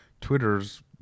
twitters